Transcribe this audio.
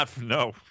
No